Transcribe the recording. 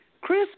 Chris